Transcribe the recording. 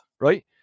right